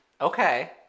Okay